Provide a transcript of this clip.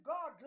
God